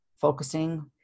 focusing